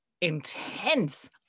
intense